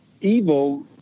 evil